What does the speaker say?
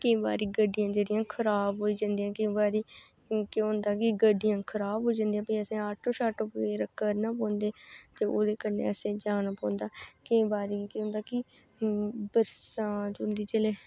केईं बीर गड्डियां जेह्ड़ियां ओह् खराब होइ जंदियां केईं बारी क्योंकी केह् होंदा की गड्डियां खराब होइ जंदियां भी असें आटे शाटो बी करने पौंदे ते ओह्दे कन्नै असें जाना पौंदा ओह्दे बाद केह् होंदा की बरसात होंदी जेल्लै